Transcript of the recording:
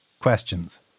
questions